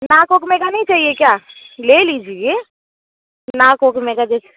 नाक ओक में का नहीं चाहिए क्या ले लीजिए नाक ओक में का जैसे